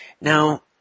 Now